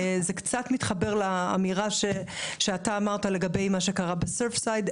זה קצת מתחבר לאמירה שאתה אמרת לגבי מה שקרה בסרפסייד.